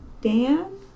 Dan